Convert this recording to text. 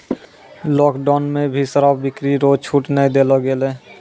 lockdown मे भी शराब बिक्री रो छूट नै देलो गेलै